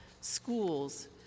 schools